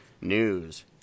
news